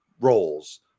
roles